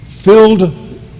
Filled